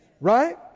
Right